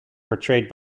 portrayed